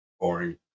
boring